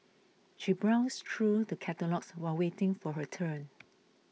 she browsed through the catalogues while waiting for her turn